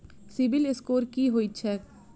CIBIL score की होइत छैक?